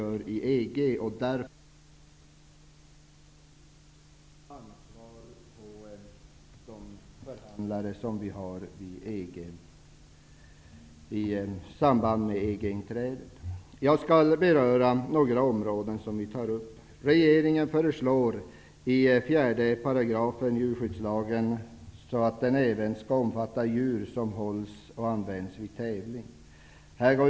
Därför ligger ett mycket stort ansvar på de förhandlare vi har i samband med EG-inträdet. Jag skall här beröra några områden som tas upp i betänkandet. djurskyddslagen, så att den även omfattar djur som hålls för att användas vid tävling.